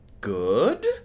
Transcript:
good